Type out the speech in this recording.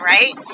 Right